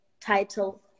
title